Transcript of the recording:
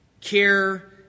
care